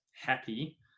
happy